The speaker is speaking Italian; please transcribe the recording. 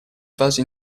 fasi